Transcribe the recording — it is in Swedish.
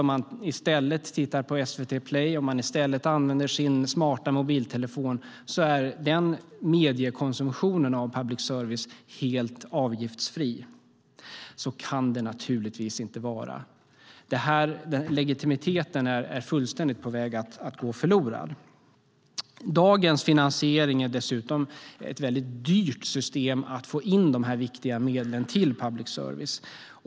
Om man i stället tittar på SVT Play eller använder sin smarta mobiltelefon är den mediekonsumtionen av public service helt avgiftsfri. Så kan det naturligtvis inte vara. Den legitimiteten är fullständigt på väg att gå förlorad. Dagens finansiering är dessutom ett väldigt dyrt system för att få in de viktiga medlen till public service.